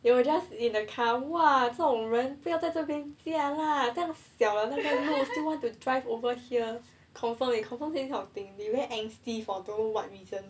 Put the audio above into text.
you will just in a car !wow! 这种人不要在这边驾 lah 这样小 liao 那个路做么 drive over here poll still want to drive over here confirm they confirm say this kind of thing they very angsty for don't know what reason